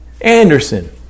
Anderson